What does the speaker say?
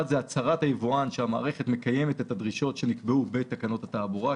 1) הצהרת היבואן שהמערכת מקיימת את הדרישות שנקבעו בתקנות התעבורה,